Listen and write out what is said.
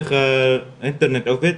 איך האינטרנט עובד,